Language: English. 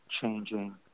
changing